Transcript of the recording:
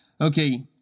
Okay